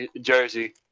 jersey